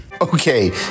Okay